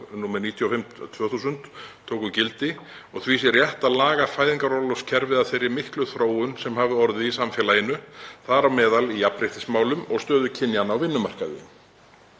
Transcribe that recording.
nr. 95/2000, tóku gildi og því sé rétt að laga fæðingarorlofskerfið að þeirri miklu þróun sem hafi orðið í samfélaginu, þar á meðal í jafnréttismálum og stöðu kynjanna á vinnumarkaði.